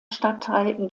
stadtteil